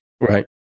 right